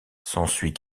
s’ensuit